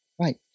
right